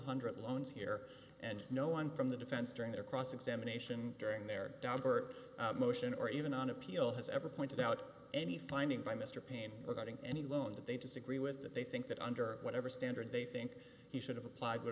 hundred loans here and no one from the defense during their cross examination during their job or motion or even an appeal has ever pointed out any findings by mr paine regarding any loan that they disagree with that they think that under whatever standard they think he should have applied w